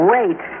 Wait